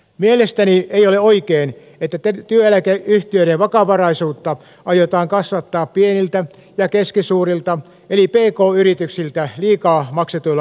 mielestäni ei ole oikein että työeläkeyhtiöiden vakavaraisuutta aiotaan kasvattaa pieniltä ja keskisuurilta eli pk yrityksiltä liikaa kerätyillä työkyvyttömyyseläkemaksuilla